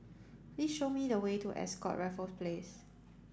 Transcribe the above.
please show me the way to Ascott Raffles Place